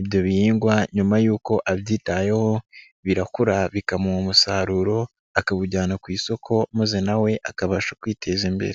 ibyo bihingwa nyuma y'uko abyitayeho birakura bikamuha umusaruro akawujyana ku isoko maze na we akabasha kwiteza imbere.